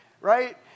right